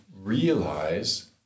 realize